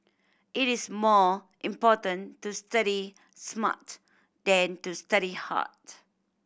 it is more important to study smart than to study hard